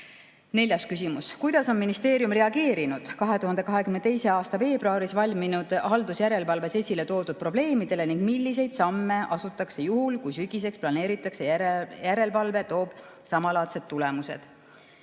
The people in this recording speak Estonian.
Neljas küsimus: "Kuidas on ministeerium reageerinud 2022. aasta veebruaris valminud haldusjärelevalves esile toodud probleemidele ning milliseid samme astutakse juhul kui sügiseks planeeritud järelevalve toob samalaadsed tulemused?"